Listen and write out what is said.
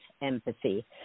empathy